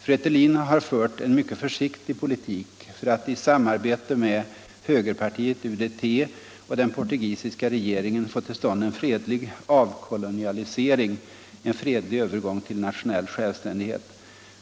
Fretilin förde en mycket försiktig politik för att i samarbete med högerpartiet UDT och den portugisiska regeringen få till stånd en fredlig avkolonialisering, en fredlig övergång till nationell självständighet.